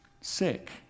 sick